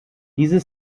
diese